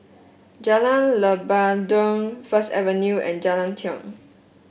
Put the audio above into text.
Jalan Lebat Daun First Avenue and Jalan Tiong